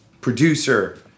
producer